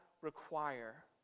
require